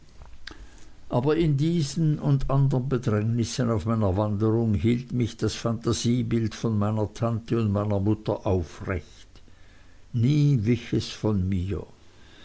aber in diesen und andern bedrängnissen auf meiner wanderung hielt mich das fantasiebild von meiner tante und meiner mutter aufrecht nie wich es von mir